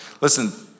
Listen